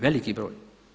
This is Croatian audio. Veliki broj.